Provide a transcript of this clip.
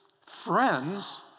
friends